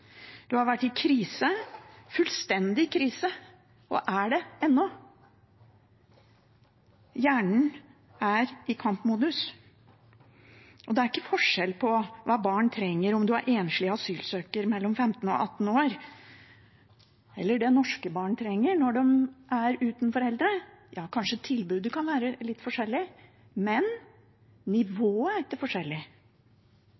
har vært i krise, fullstendig krise, og er det ennå. Hjernen er i kampmodus. Det er ikke forskjell på hva barn trenger – på hva man trenger om man er enslig asylsøker mellom 15 og 18 år, og det norske barn trenger når de er uten foreldre. Ja, kanskje tilbudet kan være litt forskjellig, men